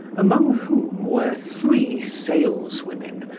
among whom were three saleswomen,